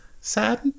Sad